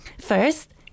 First